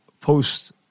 post